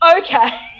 okay